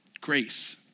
Grace